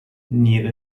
near